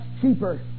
cheaper